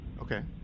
Okay